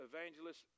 evangelist